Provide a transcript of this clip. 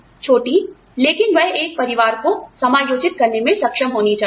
छोटी लेकिन वह एक परिवार को समायोजित करने में सक्षम होनी चाहिए